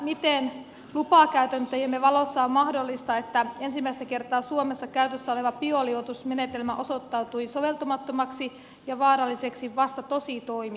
miten lupakäytäntöjemme valossa on mahdollista että ensimmäistä kertaa suomessa käytössä oleva bioliuotusmenetelmä osoittautui soveltumattomaksi ja vaaralliseksi vasta tositoimissa